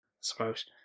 suppose